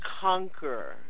conquer